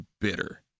bitter